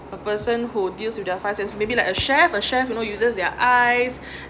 a person who deals with their five senses maybe like a chef a chef you know uses their eyes